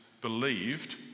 believed